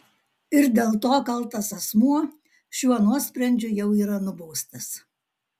ir dėl to kaltas asmuo šiuo nuosprendžiu jau yra nubaustas